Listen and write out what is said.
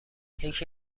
یکی